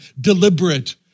deliberate